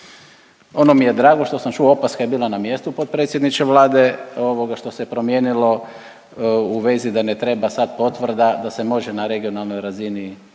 Ono mi je drago što sam čuo, opaska je bila na mjestu potpredsjedniče Vlade, ovoga što se promijenilo u vezi da ne treba sad potvrda da se može na regionalnoj razini,